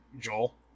Joel